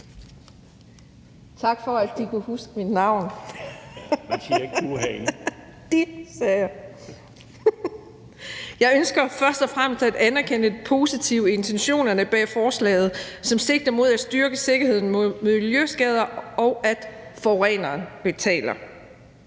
Jeg ønsker først og fremmest at anerkende de positive intentioner bag forslaget, som sigter mod at styrke sikkerheden i forhold til miljøskader og sikre, at forureneren betaler.